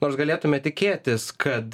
nors galėtume tikėtis kad